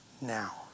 now